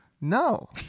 No